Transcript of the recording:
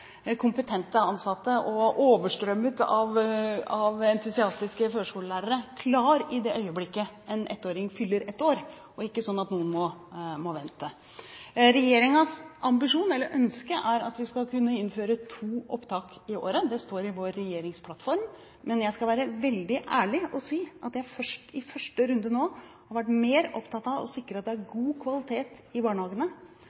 kompetente ansatte og overstrømmet av entusiastiske førskolelærere klare i det øyeblikket en 1-åring fyller ett år, og ikke sånn at noen må vente. Regjeringens ambisjon, eller ønske, er at vi skal kunne innføre to opptak i året – det står i vår regjeringsplattform. Men jeg skal være veldig ærlig og si at jeg i første runde nå har vært mer opptatt av å sikre at det er god kvalitet i barnehagene, at vi får mer til forskning, at vi har